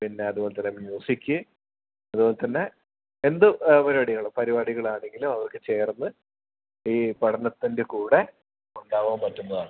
പിന്നെ അതുപോലെ തന്നെ മ്യൂസിക്ക് അതുപോലെ തന്നെ എന്ത് പരിപാടികൾ ആണെങ്കിലും അവർക്ക് ചേർന്ന് ഈ പഠനത്തിൻ്റെ കൂടെ ഉണ്ടാവാൻ പറ്റുന്നതാണ്